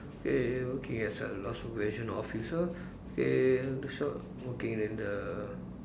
I I working as a loss prevention officer I I working at the